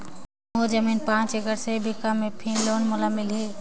मोर जमीन पांच एकड़ से भी कम है फिर लोन मोला मिलही?